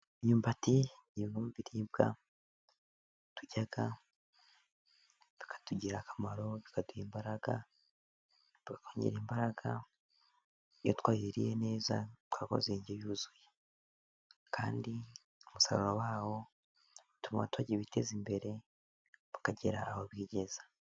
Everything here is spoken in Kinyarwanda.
Imyumbati ni bimwe mu biribwa turya, bikatugirira akamaro, bikaduha imbaraga. Tukongera imbaraga, iyo twayiriye neza, twakoze indyo yuzuye kandi umusaruro wawo utuma abaturage biteza imbere tukagira aho twigeza.